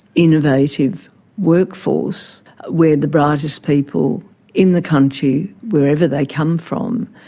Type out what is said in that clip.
innovative workforce where the brightest people in the country, wherever they come from,